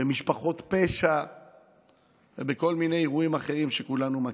במשפחות פשע ובכל מיני אירועים אחרים שכולנו מכירים.